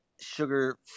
sugar